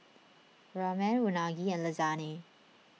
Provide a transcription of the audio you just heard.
Ramen Unagi and Lasagne